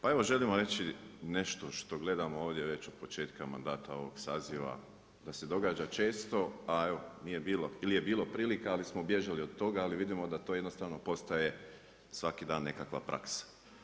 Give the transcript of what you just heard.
Pa evo želim vam reći nešto što gledam ovdje već od početka mandata ovog saziva, da se događa često, a evo nije bilo ili je bilo prilika, ali smo bježali od toga ali vidimo da to jednostavno postaje svaki dan nekakva praksa.